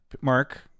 Mark